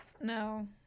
no